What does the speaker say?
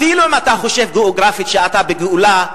אפילו אם אתה חושב גיאוגרפית שאתה בגאולה,